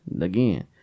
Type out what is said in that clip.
again